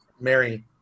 Mary